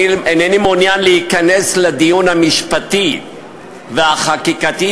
אינני מעוניין להיכנס לדיון המשפטי והחקיקתי,